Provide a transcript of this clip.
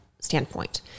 standpoint